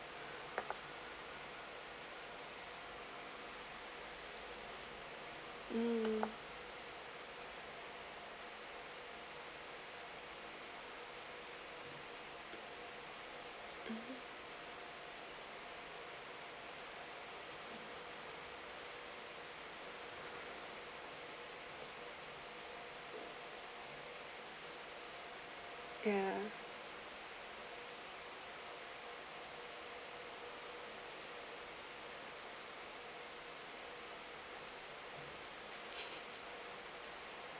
mm ya